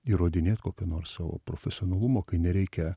įrodinėt kokio nors savo profesionalumo kai nereikia